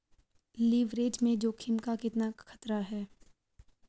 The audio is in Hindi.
लिवरेज में जोखिम का कितना खतरा है?